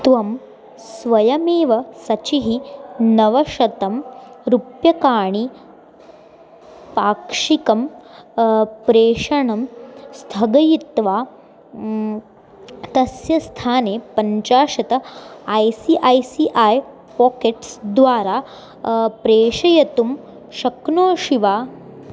त्वं स्वयमेव सचिः नवशतं रूप्यकाणि पाक्षिकं प्रेषणं स्थगयित्वा तस्य स्थाने पञ्चाशत I C I C I Pockets द्वारा प्रेषयितुं शक्नोषि वा